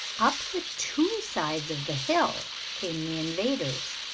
up the two sides of the hill came the invaders,